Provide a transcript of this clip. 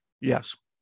Yes